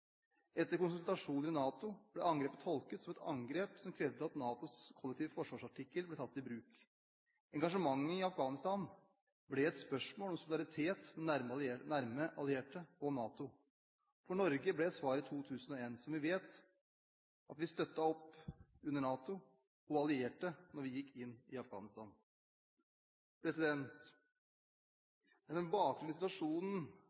Etter konsultasjon i NATO ble angrepet tolket som et angrep som krevde at NATOs kollektive forsvarsartikkel ble tatt i bruk. Engasjementet i Afghanistan ble et spørsmål om solidaritet med nære allierte og NATO. For Norge ble svaret i 2001 – som vi vet – at vi støttet opp under NATO og allierte da vi gikk inn i Afghanistan. Det er med bakgrunn i situasjonen